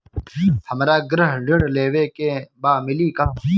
हमरा गृह ऋण लेवे के बा मिली का?